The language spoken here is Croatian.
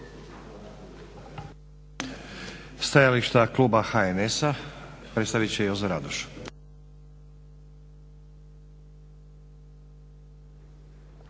Stajalište kluba HNS-a predstavit će Jozo Radoš.